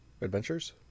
Adventures